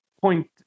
point